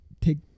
take